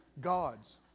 God's